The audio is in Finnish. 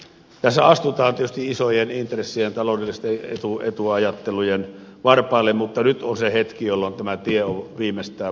tässä astutaan tietysti isojen intressien ja taloudellisten etuajattelujen varpaille mutta nyt on se hetki jolloin tämä tie on viimeistään valittava